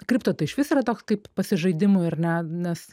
kripto tai išvis yra toks kaip pasižaidimui ar ne nes